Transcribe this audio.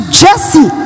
jesse